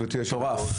גברתי היושבת ראש,